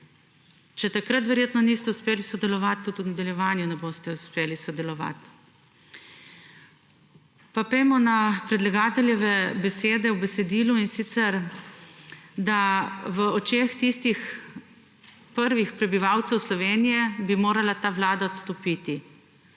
Če takrat verjetno niste uspeli sodelovati, tudi v nadaljevanju ne boste uspeli sodelovati. Pa pojdimo na predlagateljeve besede v besedilu in sicer, da v očeh tistih prvih prebivalcev Slovenije bi morala ta Vlada odstopiti.